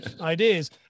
ideas